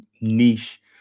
niche